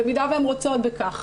במידה שהן רוצות בכך,